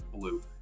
Blue